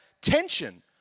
tension